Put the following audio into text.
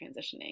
transitioning